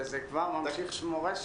שבמציאות של מדינת